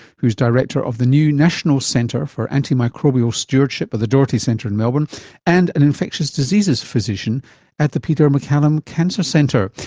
who's director of the new national centre for antimicrobial stewardship at the doherty centre in melbourne and an infectious diseases physician at the peter mccallum cancer centre.